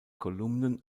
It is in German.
kolumnen